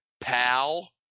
pal